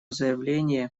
заявление